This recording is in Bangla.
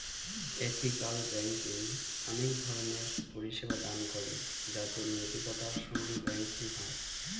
এথিকাল ব্যাঙ্কিং অনেক ধরণের পরিষেবা দান করে যাতে নৈতিকতার সঙ্গে ব্যাঙ্কিং হয়